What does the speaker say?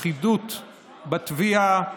אחידות בתביעה,